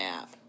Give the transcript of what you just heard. app